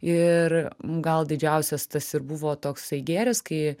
ir gal didžiausias tas ir buvo toksai gėris kai